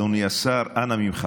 אדוני השר: אנא ממך,